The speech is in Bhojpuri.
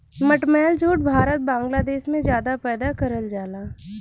मटमैला जूट भारत बांग्लादेश में जादा पैदा करल जाला